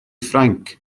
ffrainc